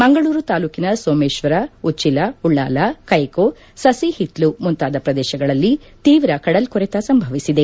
ಮಂಗಳೂರು ತಾಲೂಕಿನ ಸೋಮೇಶ್ವರ ಉಚ್ವಲ ಉಳ್ಳಾಲ ಕೈಕೋ ಸಹಿಹಿತ್ಲು ಮುಂತಾದ ಪ್ರದೇಶಗಳಲ್ಲಿ ತೀವ್ರ ಕಡಲ್ಕೊರೆತ ಸಂಭವಿಸಿದೆ